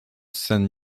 scène